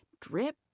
drip